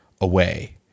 away